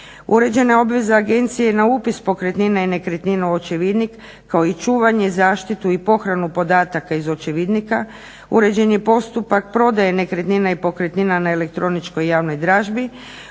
Uređena je obveza agencije na upis pokretnina i nekretnina u očevidnik kao i čuvanje, zaštitu i pohranu podataka iz očevidnika, uređen je postupak prodaje nekretnina i pokretnina na elektroničkoj javnoj dražbi,